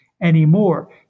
anymore